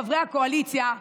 חברי הקואליציה,